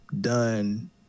done